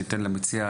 אני אתן למציע,